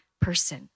person